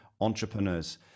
entrepreneurs